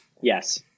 Yes